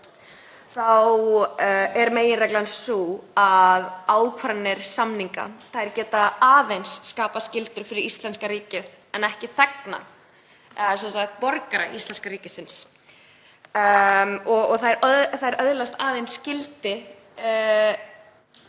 þá er meginreglan sú að ákvarðanir samninga geta aðeins skapað skyldur fyrir íslenska ríkið en ekki þegna eða borgara íslenska ríkisins og þær öðlast aðeins gildi